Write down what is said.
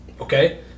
okay